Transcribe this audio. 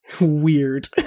Weird